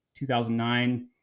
2009